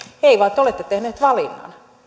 ei vaan te olette tehneet valinnan